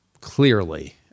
clearly